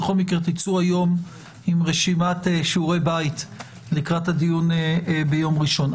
בכל מקרה תצאו היום עם שיעורי בית לקראת הדיון ביום ראשון.